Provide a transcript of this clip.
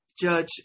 Judge